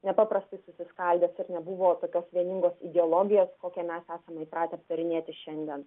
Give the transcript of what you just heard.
nepaprastai susiskaldęs ir nebuvo tokios vieningos ideologijos kokią mes esame įpratę aptarinėti šiandien